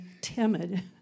timid